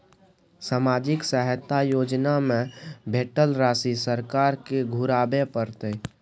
सामाजिक सहायता योजना में भेटल राशि सरकार के घुराबै परतै?